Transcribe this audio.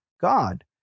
God